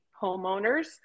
homeowners